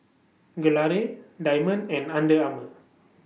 Gelare Diamond and Under Armour